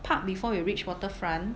park before we reached Waterfront